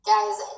Guys